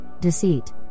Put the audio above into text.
deceit